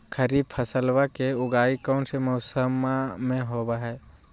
खरीफ फसलवा के उगाई कौन से मौसमा मे होवय है?